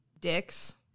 Dicks